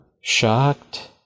shocked